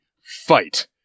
fight